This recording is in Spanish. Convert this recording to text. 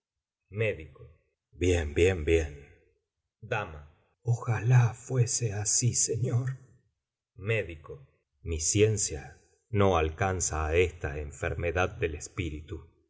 persona bien bien bien ojala fuese así señor mi ciencia no alcanza á esta enfermedad del espíritu